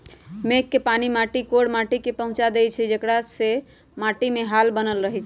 मेघ के पानी माटी कोर माटि में पहुँचा देइछइ जेकरा से माटीमे हाल बनल रहै छइ